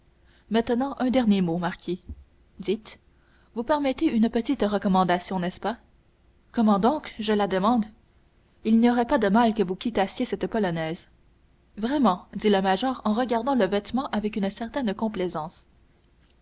maintenant un dernier mot marquis dites vous permettez une petite recommandation n'est-ce pas comment donc je la demande il n'y aurait pas de mal que vous quittassiez cette polonaise vraiment dit le major en regardant le vêtement avec une certaine complaisance